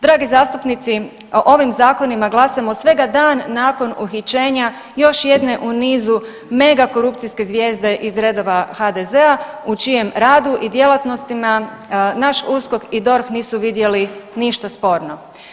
Dragi zastupnici o ovim zakonima glasujemo svega dan nakon uhićenja još jedne u nizu megakorupcijske zvijezde iz redova HDZ-a u čijem radu i djelatnostima naš USKOK i DORH nisu vidjeli ništa sporno.